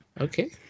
Okay